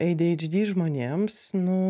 adhd žmonėms nu